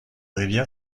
rivière